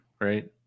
right